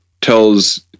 tells